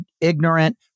ignorant